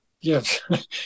Yes